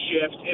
shift